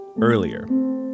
earlier